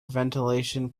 ventilation